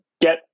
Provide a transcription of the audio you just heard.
get